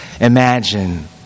imagine